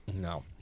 No